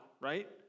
right